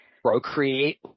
Procreate